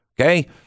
okay